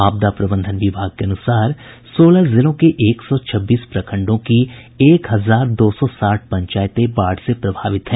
आपदा प्रबंधन विभाग के अनुसार सोलह जिलों के एक सौ छब्बीस प्रखंडों की एक हजार दो सौ साठ पंचायतें बाढ़ से प्रभावित हैं